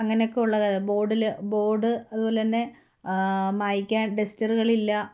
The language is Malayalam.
അങ്ങനെയൊക്കെ ഉള്ള ബോർഡില് ബോർഡ് അതുപോലെതന്നെ മായ്ക്കാൻ ഡസ്റ്ററുകളില്ല